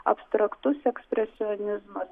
abstraktus ekspresionizmas